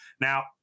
Now